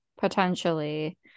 potentially